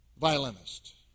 violinist